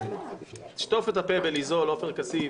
תשטוף את הפה בליזול, עופר כסיף,